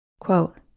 Quote